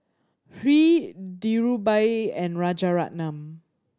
Hri Dhirubhai and Rajaratnam